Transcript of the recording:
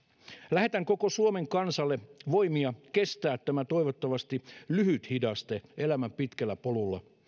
lähetän koko suomen kansalle voimia kestää tämä toivottavasti lyhyt hidaste elämän pitkällä polulla